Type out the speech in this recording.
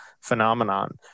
phenomenon